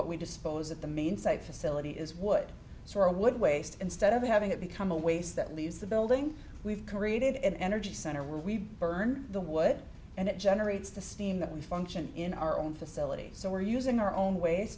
what we dispose of the main site facility is wood so i would waste instead of having it become a waste that leaves the building we've created an energy center we burn the wood and it generates the steam that we function in our own facility so we're using our own ways